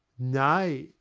nay,